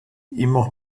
immer